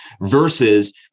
versus